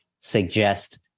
suggest